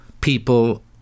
people